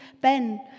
Ben